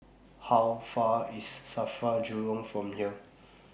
How Far IS SAFRA Jurong from here